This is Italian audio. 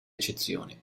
eccezioni